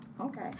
Okay